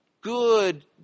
good